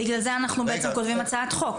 בגלל זה אנחנו בעצם כותבים הצעת חוק,